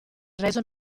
reso